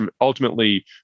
ultimately